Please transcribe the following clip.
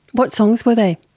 what songs were they?